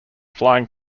flying